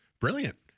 brilliant